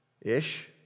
Ish